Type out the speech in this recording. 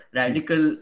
radical